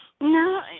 No